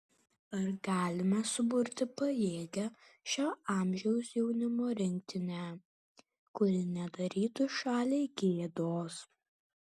ar galime suburti pajėgią šio amžiaus jaunimo rinktinę kuri nedarytų šaliai gėdos